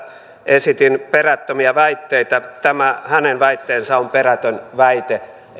esitin perättömiä väitteitä tämä hänen väitteensä on perätön väite